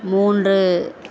மூன்று